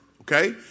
Okay